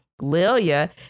Lilia